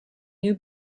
new